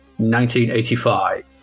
1985